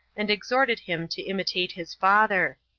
and exhorted him to imitate his father.